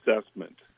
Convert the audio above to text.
assessment